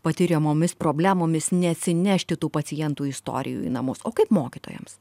patiriamomis problemomis neatsinešti tų pacientų istorijų į namus o kaip mokytojams